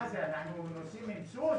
מה זה אנחנו נוסעים עם סוס?